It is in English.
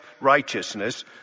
righteousness